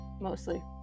mostly